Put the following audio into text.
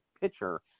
pitcher